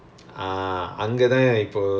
oh